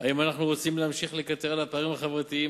אם אנחנו רוצים להמשיך לקטר על הפערים החברתיים,